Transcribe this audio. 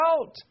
out